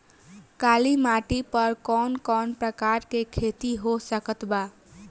काली मिट्टी पर कौन कौन प्रकार के खेती हो सकत बा?